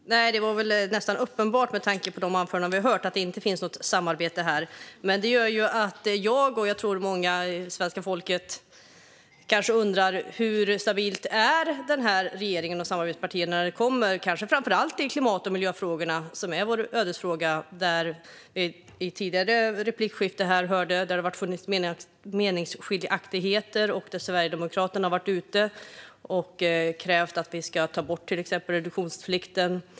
Fru talman! Nej, det var väl nästan uppenbart att det inte finns något samarbete här, med tanke på de anföranden vi hört. Men det gör att jag och förmodligen många i svenska folket undrar hur stabilt det är i regeringen och i samarbetspartierna, framför allt när det kommer till vår ödesfråga: klimatet och miljön. Som vi hörde i ett tidigare replikskifte har det funnits meningsskiljaktigheter; Sverigedemokraterna har till exempel varit ute och krävt att vi ska ta bort reduktionsplikten.